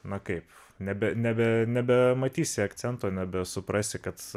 na kaip nebe nebe nebematysi akcento nebesuprasi kad